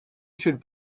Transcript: should